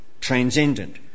transcendent